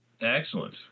Excellent